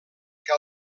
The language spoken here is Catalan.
que